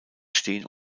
stehen